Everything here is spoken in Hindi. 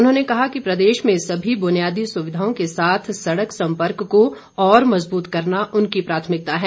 उन्होंने कहा कि प्रदेश में तमाम बुनियादी सुविधाओं के साथ सड़क संपर्क को और मजबूत करना उनकी प्राथमिकता है